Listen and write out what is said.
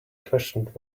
questioned